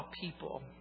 people